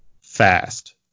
fast